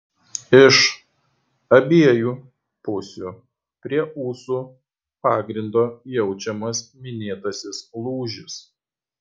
iš abiejų pusių prie ūsų pagrindo jaučiamas minėtasis lūžis